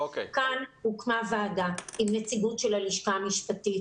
כאן הוקמה ועדה עם נציגות של הלשכה המשפטית,